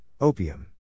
Opium